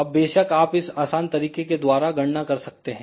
अब बेशक आप इस आसान तरीके के द्वारा गणना कर सकते हैं